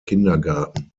kindergarten